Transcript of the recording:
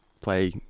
play